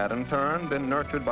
hadn't turned been nurtured